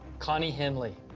connie henly.